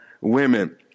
women